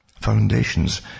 foundations